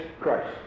christ